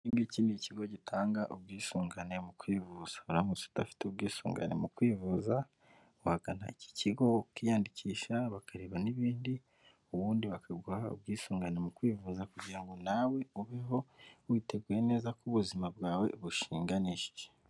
Iki ngiki ni ikigo gitanga ubwisungane mu kwivuza, uramutse udafite ubwisungane mu kwivuza wagana iki kigo, ukiyandikisha bakareba n'ibindi ubundi bakaguha ubwisungane mu kwivuza, kugira ngo nawe ubeho witeguye neza ko ubuzima bwawe bushinganishije.